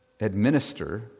administer